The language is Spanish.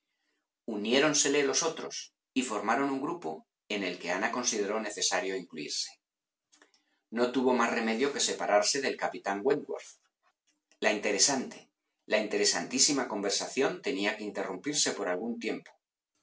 uniéronseles los otros y formaron un grupo en el que ana consideró necesario incluírse no tuvo más remedio que separarse del capitán wentvorth la interesante la interesantísima conversación tenía que interrumpirse por algún tiempo